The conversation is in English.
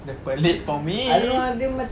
the pelik for me